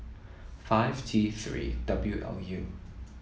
five T Three W L U